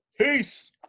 Peace